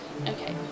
Okay